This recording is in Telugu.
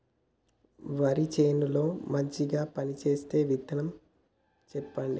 వరి చేను లో మంచిగా పనిచేసే విత్తనం చెప్పండి?